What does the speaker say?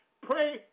Pray